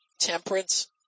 temperance